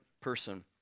person